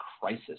crisis